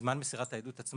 בזמן מסירת העדות עצמה.